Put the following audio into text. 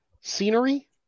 scenery